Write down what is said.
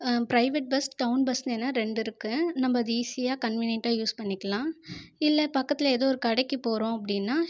private bus town bus என ரெண்டிருக்கு நம்ப அதை ஈஸியாக கன்வீனியன்ட்டாக யூஸ் பண்ணிக்கலாம் இல்லை பக்கத்தில் ஏதோ ஒரு கடைக்கு போகிறோம் அப்படின்னா